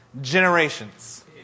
Generations